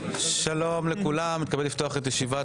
שלום לכולם, אני מתכבד לפתוח את ישיבת